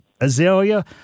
Azalea